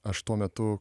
aš tuo metu